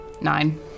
Nine